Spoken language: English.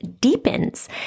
deepens